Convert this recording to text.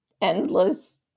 endless